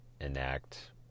enact